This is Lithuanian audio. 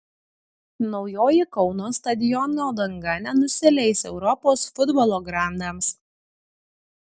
naujoji kauno stadiono danga nenusileis europos futbolo grandams